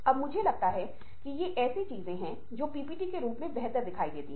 जब कुछ भी कहा जाता है तो ऐसी चीजें होती हैं जो हमारे लिए पहले से ही जानी जाती हैं या दोहराई जाती हैं